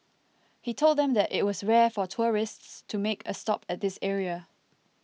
he told them that it was rare for tourists to make a stop at this area